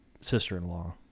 sister-in-law